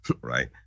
right